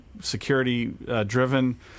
security-driven